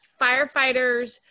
firefighters